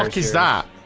like he's not